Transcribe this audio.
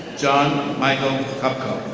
john michael cupco.